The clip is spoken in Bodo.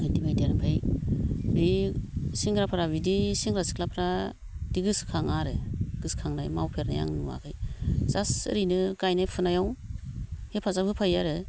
इदि बायदि आरो ओमफाय ओइ सेंग्राफोरा बिदि सेंग्रा सिख्लाफ्रा इदि गोसो खाङा आरो गोसोखांनाय मावफेरनाय आं नुआखै जास्ट ओरैनो गायनाय फुनायाव हेफाजाब होफायो आरो